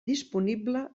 disponible